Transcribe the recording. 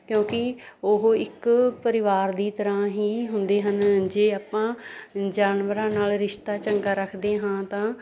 ਕਿਉਂਕਿ ਉਹ ਇੱਕ ਪਰਿਵਾਰ ਦੀ ਤਰ੍ਹਾਂ ਹੀ ਹੁੰਦੇ ਹਨ ਜੇ ਆਪਾਂ ਜਾਨਵਰਾਂ ਨਾਲ ਰਿਸ਼ਤਾ ਚੰਗਾ ਰੱਖਦੇ ਹਾਂ ਤਾਂ